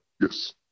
Yes